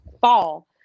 fall